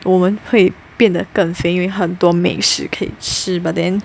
我们会变得更肥因为很多美食可以吃 but then